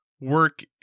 work